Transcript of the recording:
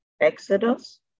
Exodus